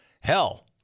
Hell